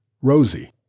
Rosie